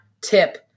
tip